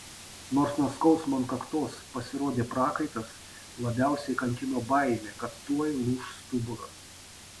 nors nuo skausmo ant kaktos pasirodė prakaitas labiausiai kankino baimė kad tuoj lūš stuburas